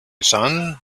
son